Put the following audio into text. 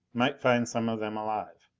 might find some of them alive.